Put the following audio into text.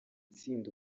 tsinda